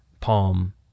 palm